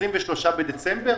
23 בדצמבר?